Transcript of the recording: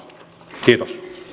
kiitos